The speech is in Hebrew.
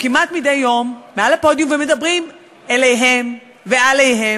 כמעט מדי יום מעל הפודיום ומדברים אליהם ועליהם,